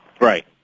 Right